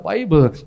Bible